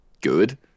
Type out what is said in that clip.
good